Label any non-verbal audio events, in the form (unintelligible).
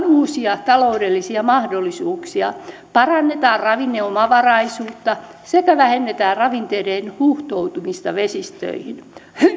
(unintelligible) uusia taloudellisia mahdollisuuksia parannetaan ravinneomavaraisuutta sekä vähennetään ravinteiden huuhtoutumista vesistöihin